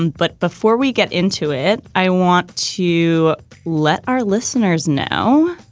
and but before we get into it, i want to let our listeners know.